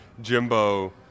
Jimbo